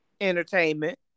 Entertainment